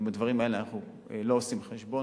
ובדברים האלה אנחנו לא עושים חשבון.